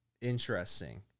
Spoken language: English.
Interesting